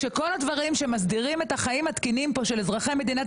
כל הדברים שמסדירים את החיים התקינים של אזרחי מדינת